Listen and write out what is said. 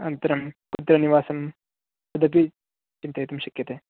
अनन्तरं कुत्र निवासं तदपि चिन्तयितुं शक्यते